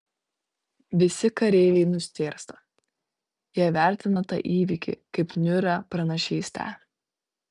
visi kareiviai nustėrsta jie vertina tą įvykį kaip niūrią pranašystę